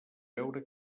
veure